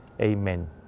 Amen